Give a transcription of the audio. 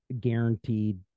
guaranteed